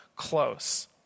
close